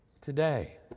today